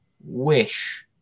wish